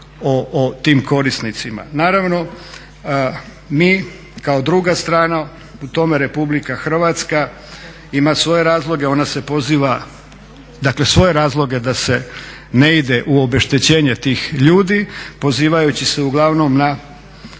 o tim korisnicima. Naravno mi kao druga strana u tome Republika Hrvatska ima svoje razloge, ona se poziva, dakle svoje razloge da se ne ide u obeštećenje tih ljudi pozivajući se uglavnom na